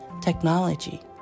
technology